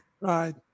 right